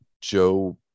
Joe